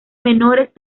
menores